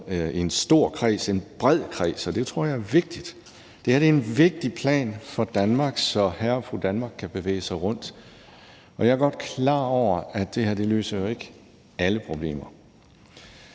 i en stor kreds, en bred kreds, og det tror jeg er vigtigt. Det her er en vigtig plan for Danmark, så hr. og fru Danmark kan bevæge sig rundt, og jeg er godt klar over, at det her jo ikke løser alle problemer.